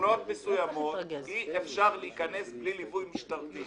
בשכונות מסוימות בירושלים אי אפשר להיכנס בלי ליווי משטרתי.